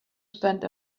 spend